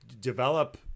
develop